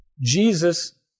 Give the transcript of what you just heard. Jesus